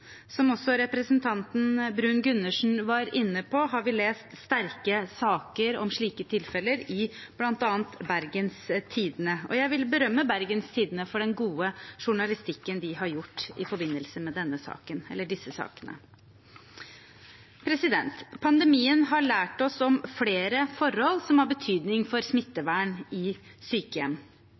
Som også representanten Bruun-Gundersen var inne på, har vi lest sterke saker om slike tilfeller i bl.a. Bergens Tidende. Jeg vil berømme Bergens Tidende for den gode journalistikken de har gjort i forbindelse med disse sakene. Pandemien har lært oss om flere forhold som har betydning for smittevern i sykehjem.